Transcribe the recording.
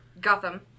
Gotham